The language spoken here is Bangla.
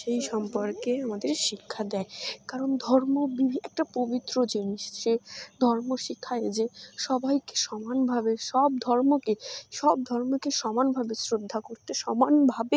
সেই সম্পর্কে আমাদের শিক্ষা দেয় কারণ ধর্ম বিভি একটা পবিত্র জিনিস সে ধর্ম শেখায় যে সবাইকে সমানভাবে সব ধর্মকে সব ধর্মকে সমানভাবে শ্রদ্ধা করতে সমানভাবে